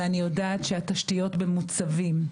ואני יודעת שהתשתיות במוצבים,